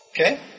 Okay